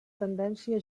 tendència